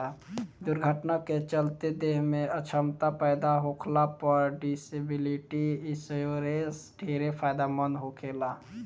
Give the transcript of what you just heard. दुर्घटना के चलते देह में अछमता पैदा होखला पर डिसेबिलिटी इंश्योरेंस ढेरे फायदेमंद होखेला